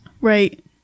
Right